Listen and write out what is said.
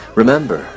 remember